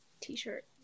t-shirt